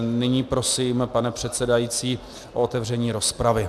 Nyní prosím, pane předsedající, o otevření rozpravy.